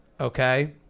okay